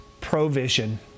provision